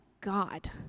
God